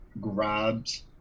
grabs